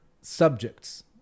subjects